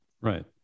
right